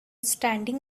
standing